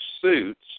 suits